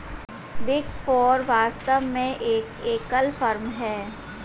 big four वास्तव में एक एकल फर्म है